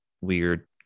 weird